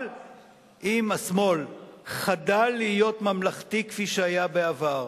אבל אם השמאל חדל להיות ממלכתי כפי שהיה בעבר,